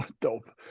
Dope